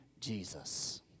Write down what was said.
Jesus